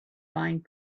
find